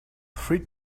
three